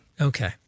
Okay